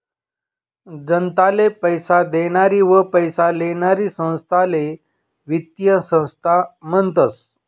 जनताले पैसा देनारी व पैसा लेनारी संस्थाले वित्तीय संस्था म्हनतस